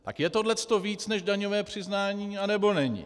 Tak je tohleto víc než daňové přiznání, nebo není?